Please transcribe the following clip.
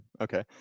Okay